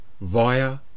via